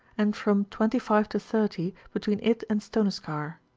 and from twenty five to thirty between it and stoneskar.